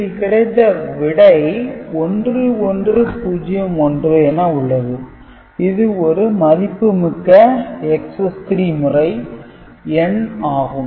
இதில் கிடைத்த விடை 1101 என உள்ளது இது ஒரு மதிப்பு மிக்க Excess - 3 முறை எண் ஆகும்